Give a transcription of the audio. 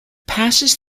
passes